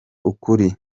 ukuri